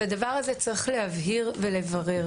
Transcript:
את הדבר הזה צריך להבהיר ולברר.